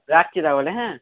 রাখছি তাহলে হ্যাঁ